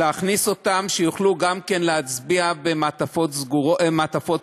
להכניס אותם, שיוכלו גם כן להצביע במעטפות כפולות,